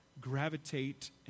gravitate